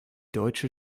deutsche